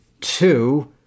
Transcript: Two